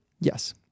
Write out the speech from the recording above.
Yes